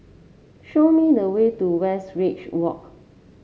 show me the way to Westridge Walk